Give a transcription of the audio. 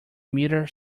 meter